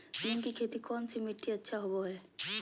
मूंग की खेती कौन सी मिट्टी अच्छा होबो हाय?